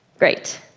great.